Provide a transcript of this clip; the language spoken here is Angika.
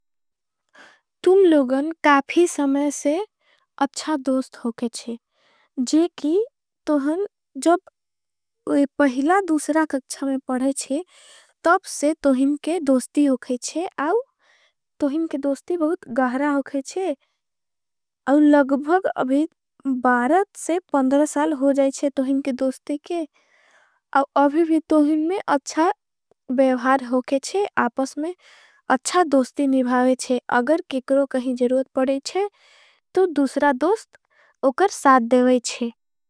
तुम लोगण काफी समय से अच्छा दोस्त होकेच्छे। जेकि तोहन जब पहिला दूसरा कच्छा में पढ़ेच्छे। तब से तोहन के दोस्ती होकेच्छे आव तोहन के। दोस्ती बहुत गहरा होकेच्छे आव लगबग अभी। साल हो जाएच्छे तोहन के दोस्ती के आव अभी। भी तोहन में अच्छा बेवार होकेच्छे आपस में। अच्छा दोस्ती निभावेच्छे अगर किकरो कहीं। जरूत पढ़ेच्छे तो दूसरा दोस्त उकर साथ देवाईच्छे।